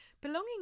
Belonging